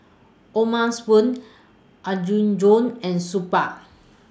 O'ma Spoon Apgujeong and Superga